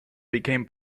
became